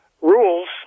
rules